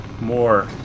more